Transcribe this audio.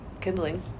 Kindling